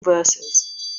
verses